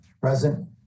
Present